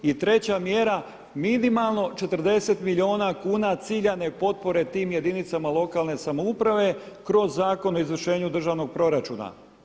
I treća mjera minimalno 40 milijuna kuna ciljane potpore tim jedinicama lokalne samouprave kroz Zakon o izvršenju državnog proračuna.